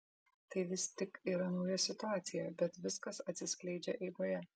tai vis tik yra nauja situacija bet viskas atsiskleidžia eigoje